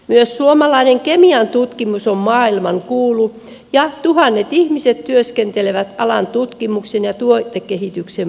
myös suomalainen kemian tutkimus on maailmankuulu ja tuhannet ihmiset työskentelevät alan tutkimuksen ja tuotekehityksen parissa